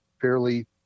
fairly